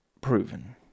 proven